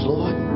Lord